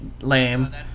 lame